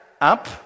up